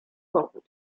pochód